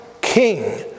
king